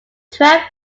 twelve